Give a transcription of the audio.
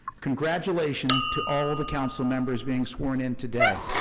congratulations to all of the councilmembers being sworn in today.